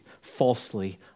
Falsely